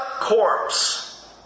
corpse